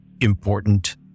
important